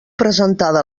presentada